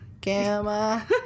Gamma